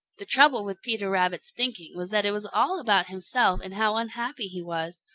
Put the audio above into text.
the trouble with peter rabbit's thinking was that it was all about himself and how unhappy he was.